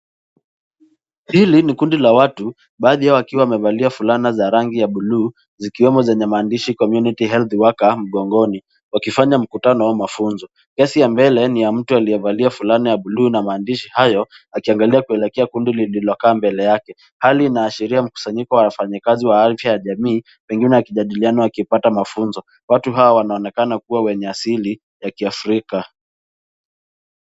Hili ni kundi la watu, baadhi yao wakiwa wamevalia fulana za rangi ya blue , zikiwemo zenye maandishi, 'Community Health Worker' mgongoni, wakifanya mkutano au mafunzo. Kesi ya mbele ni ya mtu aliyevalia fulana ya blue na maandishi hayo, akiangalia kuelekea kundi lililokaa mbele yake. Hali inaashiria mkusanyiko wa wafanyikazi wa afya ya jamii, pengine wakijadiliana au wakipata mafunzo. Watu hawa wanaonekana kua wenye asili ya kiafrika.